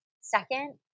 Second